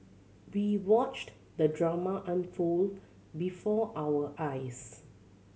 we watched the drama unfold before our eyes